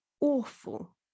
Awful